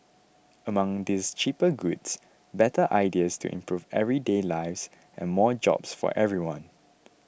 among these cheaper goods better ideas to improve everyday lives and more jobs for everyone